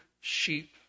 sheep